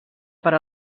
per